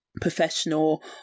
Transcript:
professional